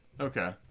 Okay